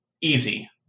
easy